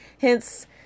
Hence